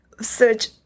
search